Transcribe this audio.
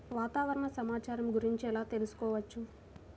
వాతావరణ సమాచారము గురించి ఎలా తెలుకుసుకోవచ్చు?